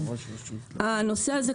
הנושא הזה,